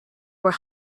were